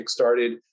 kickstarted